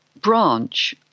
branch